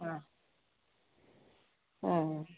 ஆ ம்